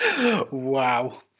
wow